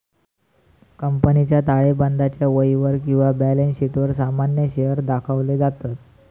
कंपनीच्या ताळेबंदाच्या वहीवर किंवा बॅलन्स शीटवर सामान्य शेअर्स दाखवले जातत